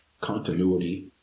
continuity